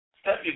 step